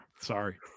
Sorry